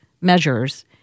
measures